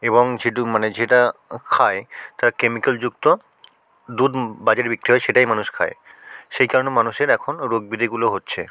এবং শুধু মানে যেটা খায় তা কেমিক্যালযুক্ত দুধ বাজারে বিক্রি হয় সেটাই মানুষ খায় সেই কারণে মানুষের এখন রোগ ব্যাধিগুলো হচ্ছে